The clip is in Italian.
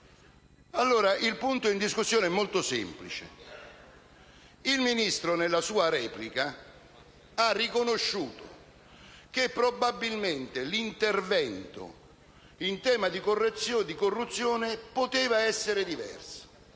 Il punto in discussione è molto semplice: il Ministro, nella sua replica, ha riconosciuto che probabilmente l'intervento in tema di corruzione poteva essere diverso.